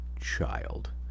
child